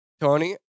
Tony